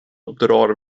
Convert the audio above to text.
drar